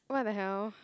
what the hell